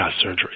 surgery